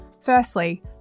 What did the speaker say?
Firstly